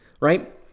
right